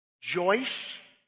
Joyce